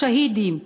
השהידים,